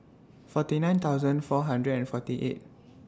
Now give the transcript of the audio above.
forty nine thousand four hundred and forty eight